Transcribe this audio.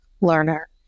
learner